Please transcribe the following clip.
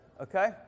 Okay